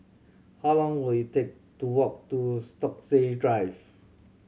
how long will it take to walk to Stokesay Drive